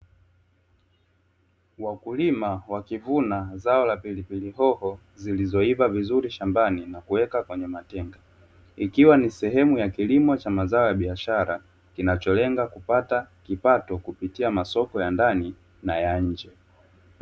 Wakulima wakivuna zao la pilipili hoho zilizova vizuri shambani na kuweka kwenye matenga. Ikiwa ni sehemu ya kilimo cha mazao ya biashara, kinacholenga kupata kipato kupitia masoko ya ndani na ya nje.